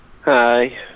hi